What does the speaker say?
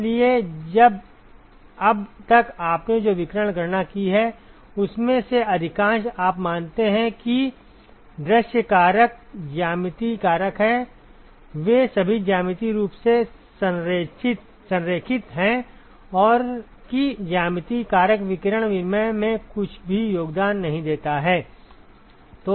इसलिए अब तक आपने जो विकिरण गणना की है उसमें से अधिकांश आप मानते हैं कि दृश्य कारक ज्यामितीय कारक है वे सभी ज्यामितीय रूप से संरेखित हैं और कि ज्यामितीय कारक विकिरण विनिमय में कुछ भी योगदान नहीं देता है